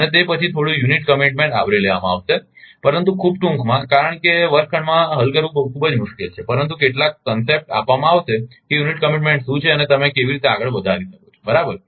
અને તે પછી થોડું યુનિટ કમીટમેન્ટ આવરી લેવામાં આવશે પરંતુ ખૂબ ટૂંકમાં કારણ કે વર્ગખંડમાં હલ કરવું ખૂબ જ મુશ્કેલ છે પરંતુ કેટલાક ખ્યાલ આપવામાં આવશે કે યુનિટ કમીટમેન્ટ શું છે અને તમે કેવી રીતે આગળ વધારી શકો છો બરાબર